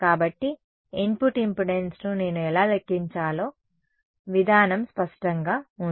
కాబట్టి ఇన్పుట్ ఇంపెడెన్స్ను నేను ఎలా లెక్కించాలో విధానం స్పష్టంగా ఉంది